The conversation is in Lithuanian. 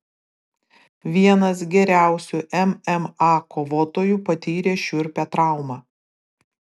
vienas geriausių mma kovotojų patyrė šiurpią traumą